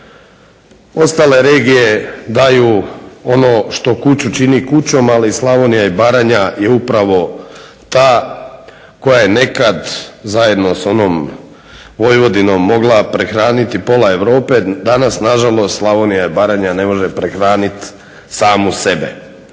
Ostale regije daju ono što kuću čini kućom, ali Slavonija i Baranja je upravo ta koja je nekad zajedno sa onom Vojvodinom mogla prehraniti pola Europe. Danas na žalost Slavonija i Baranja ne može prehraniti samu sebe.